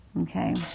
Okay